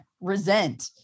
resent